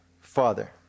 father